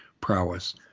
prowess